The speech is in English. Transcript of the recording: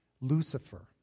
Lucifer